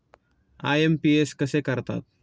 IMPS कसे करतात?